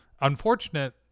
Unfortunate